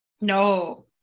No